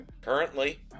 Currently